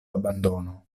abbandono